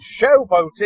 showboating